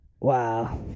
Wow